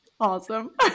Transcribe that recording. Awesome